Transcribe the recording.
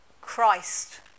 Christ